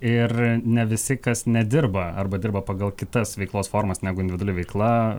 ir ne visi kas nedirba arba dirba pagal kitas veiklos formas negu individuali veikla